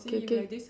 okay okay